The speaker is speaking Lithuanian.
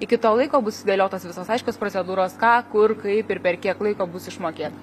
iki to laiko bus sudėliotos visos aiškios procedūros ką kur kaip ir per kiek laiko bus išmokėta